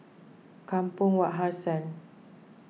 Kampong Wak Hassan